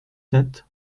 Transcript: sept